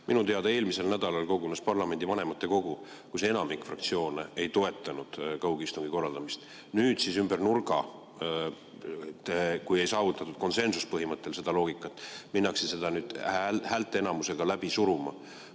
Minu teada eelmisel nädalal kogunes parlamendi vanematekogu, kus enamik fraktsioone ei toetanud kaugistungi korraldamist. Nüüd siis ümber nurga, kui ei saavutatud konsensuspõhimõttel seda loogikat, minnakse seda häälteenamusega läbi suruma.